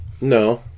No